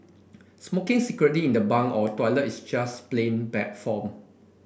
smoking secretly in the bunk or toilet is just plain bad form